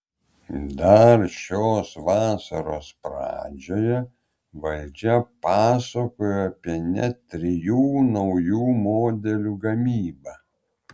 dar šios vasaros pradžioje valdžia pasakojo apie net trijų naujų modelių gamybą